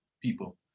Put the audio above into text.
people